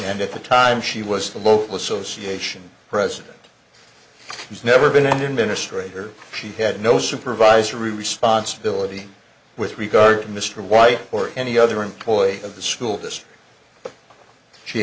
and at the time she was the local association president she's never been an administrator she had no supervisory responsibility with regard to mr white or any other employee of the school d